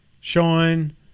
Sean